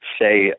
say